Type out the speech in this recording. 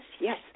yes